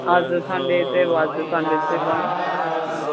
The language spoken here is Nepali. हजुर सन्डे चाहिँ हो हजुर सन्डे चाहिँ बन्द